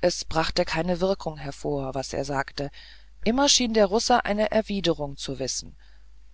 es brachte keine wirkung hervor was er sagte immer schien der russe eine erwiderung zu wissen